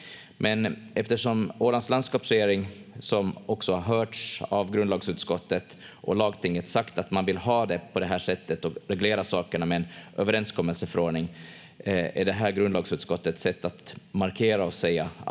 eftersom Ålands landskapsregering, som också har hörts av grundlagsutskottet och lagtinget, sagt att man vill ha det på det här sättet och reglera sakerna med en överenskommelseförordning är det här grundlagsutskottets sätt att markera och säga